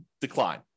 decline